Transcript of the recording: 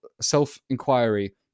self-inquiry